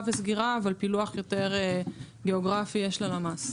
וסגירה אבל פילוח יותר גיאוגרפי יש ללמ"ס.